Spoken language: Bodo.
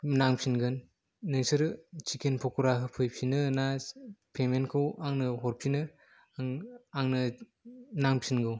नांफिनगोन नोंसोरो चिकेन पकरा होफैफिनो ना पेमेन्टखौ आंनो हरफिनो आंनो नांफिनगौ